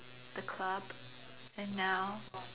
the club and now